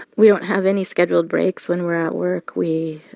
we don't have any scheduled breaks when we're at work. we